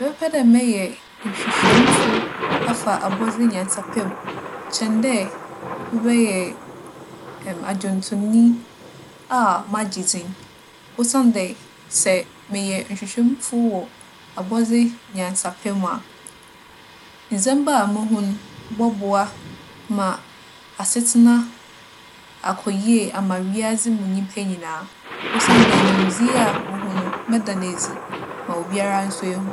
Mebɛpɛ dɛ mɛyɛ nhwehwɛmufo afa abͻdze nyansapɛ mu kyɛn dɛ mebɛyɛ ͻdwontownyi a magye dzin. Osiandɛ, sɛ meyɛ nhwehwɛmufo wͻ abͻdze nyansapɛ mu a, ndzɛmba a mohu no bͻboa ma asetsena akͻ yie ama wiadze mu nyimpa nyina. Osiandɛ nyimdzee a mohu no, mɛda no edzi ma obiara so ehu.